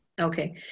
Okay